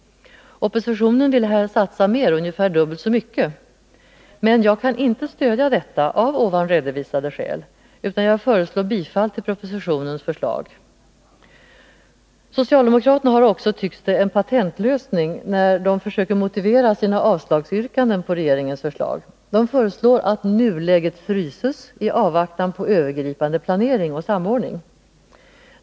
Oppositionen vill här satsa mer, ungefär dubbelt så mycket. Men jag kan inte stödja det förslaget, av tidigare redovisade skäl, utan jag yrkar bifall till propositionens förslag. Socialdemokraterna har också, tycks det, en patentlösning när de försöker motivera sina yrkanden om avslag på regeringens förslag: de föreslår att nuläget fryses i avvaktan på övergripande planering och samordning.